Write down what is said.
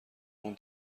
اون